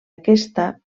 aquesta